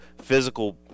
physical